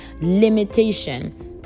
Limitation